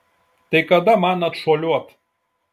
tai kada man atšuoliuot